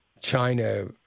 China